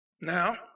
Now